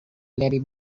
larry